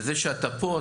וזה שאתה פה,